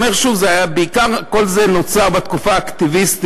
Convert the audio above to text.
אני אומר שוב: כל זה נוצר בתקופה האקטיביסטית